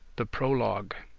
the prologue.